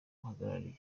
muhagarariye